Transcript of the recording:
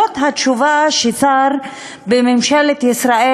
זאת התשובה של שר בממשלת ישראל,